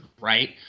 right